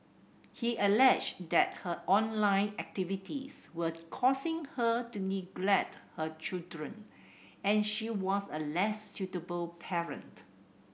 he alleged that her online activities were causing her to neglect a children and she was a less suitable parent